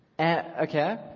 Okay